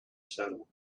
saddle